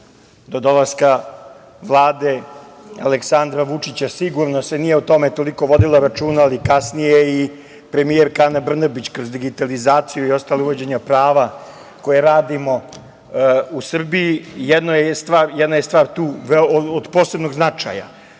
do dolaska vlade Aleksandra Vučića sigurno se nije o tome toliko vodilo računa, ali kasnije je i premijerka Ana Brnabić kroz digitalizaciju i ostalo, uvođenja prava koja radimo u Srbiji. Jedna je stvar tu od posebnog značaja. Naime,